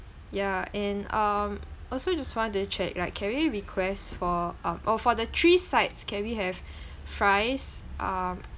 yeah and um also just want to check like can we request for uh oh for the three sides can we have fries uh